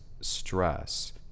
stress